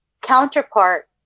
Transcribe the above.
counterpart